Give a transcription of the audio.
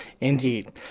Indeed